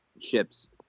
ships